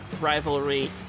rivalry